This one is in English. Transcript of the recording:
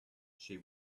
she